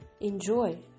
enjoy